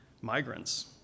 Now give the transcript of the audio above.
migrants